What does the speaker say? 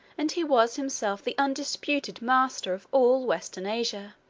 and he was himself the undisputed master of all western asia.